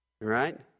Right